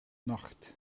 nacht